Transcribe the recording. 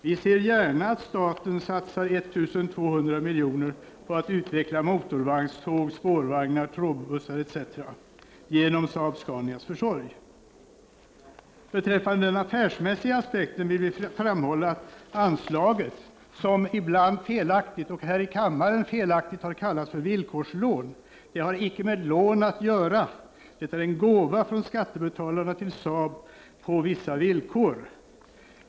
Vi ser gärna att staten satsar 1 200 milj.kr. på att utveckla motorvagnståg, spårvagnar, trådbussar etc. genom Saab-Scanias försorg. Beträffande den affärsmässiga aspekten vill vi framhålla att anslaget, som ibland även här i kammaren felaktigt har kallats villkorslån, inte har med lån 143 att göra, det är en gåva från skattebetalarna till Saab på vissa villkor.